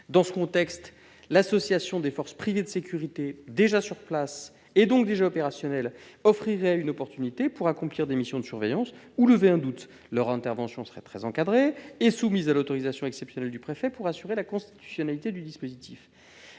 Dans ce contexte, l'association des forces privées de sécurité déjà sur place, et donc opérationnelles, offrirait une opportunité pour accomplir des missions de surveillance ou lever un doute. Leur intervention serait très encadrée et soumise à l'autorisation exceptionnelle du préfet pour assurer la constitutionnalité du dispositif.